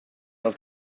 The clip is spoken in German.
auf